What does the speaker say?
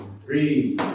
Three